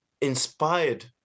inspired